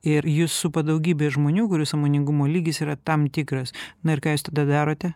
ir jus supa daugybė žmonių kurių sąmoningumo lygis yra tam tikras na ir ką jūs tada darote